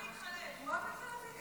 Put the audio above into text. הוא יתחלף איתי.